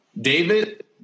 David